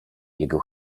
jego